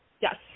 Yes